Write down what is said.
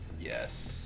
Yes